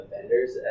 vendors